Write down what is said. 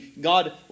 God